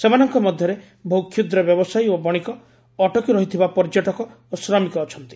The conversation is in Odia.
ସେମାନଙ୍କ ମଧ୍ୟରେ ବହୁ କ୍ଷୁଦ୍ର ବ୍ୟବସାୟୀ ଓ ବଶିକ ଅଟକି ରହିଥିବା ପର୍ଯ୍ୟଟକ ଓ ଶ୍ରମିକ ଅଛନ୍ତି